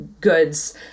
goods